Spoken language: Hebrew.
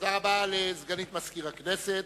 תודה רבה לסגנית מזכיר הכנסת.